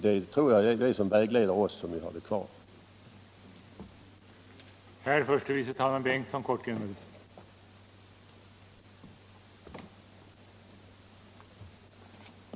Det är det som vägleder oss som vill ha mellanölet kvar.